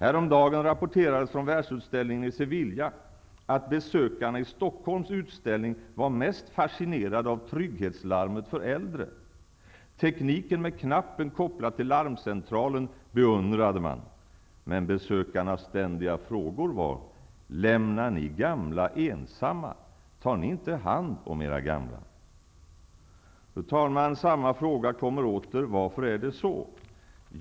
Häromdagen rapporterades från Världsutställningen i Sevilla att besökarna på Stockholms utställning var mest fascinerade av trygghetslarmet för äldre. Tekniken med knappen kopplad till larmcentralen beundrade man, men besökarnas ständiga frågor var: ''Lämnar ni gamla ensamma? Tar ni inte hand om era gamla?'' Fru talman! Samma fråga kommer åter: Varför är det så?